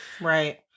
Right